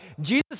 Jesus